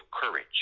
courage